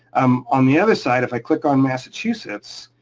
um on the other side, if i click on massachusetts,